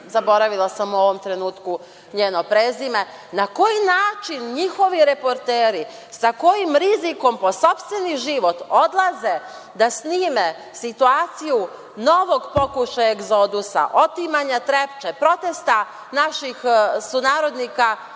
zaboravila sam u ovom trenutku njeno prezime, na koji način njihovi reporteri, sa kojim rizikom po sopstveni život odlaze da snime situaciju novog pokušaja egzodusa otimanja „Trepče“, protesta naši sunarodnika,